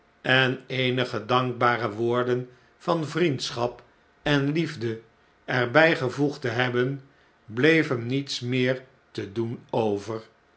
en eenige dankbare woorden van vriendschap en liefde er bjjgevoegdtehebben bleef hem niets meer te doen over